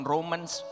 Romans